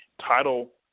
title